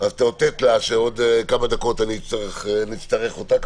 תאותת לה שבעוד כמה דקות נצטרך אותה.